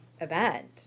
event